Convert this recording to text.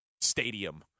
stadium